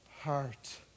heart